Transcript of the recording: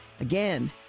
again